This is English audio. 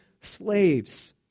slaves